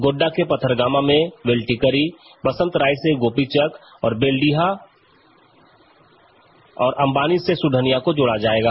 गोड़डा के पथरगामा में बेल्टिकरी बसंतराय से गोपीचक और बेलडीहा और अंबानी से सुढनिया को जोड़ा जाएगा